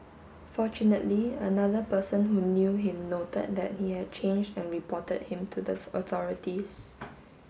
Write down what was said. fortunately another person who knew him noted that he had changed and reported him to the authorities